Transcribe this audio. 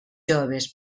joves